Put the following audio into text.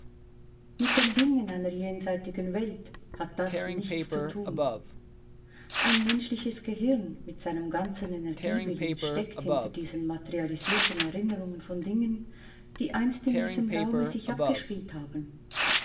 mit den dingen einer jenseitigen welt hat das nichts zu tun ein menschliches gehirn mit seinem ganzen energiewillen steckt hinter diesen materialisierten erinnerungen von dingen die einst in diesem raume sich abgespielt haben